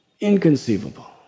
Inconceivable